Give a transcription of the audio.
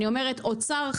אני אומרת אוצר,